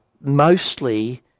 mostly